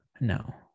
No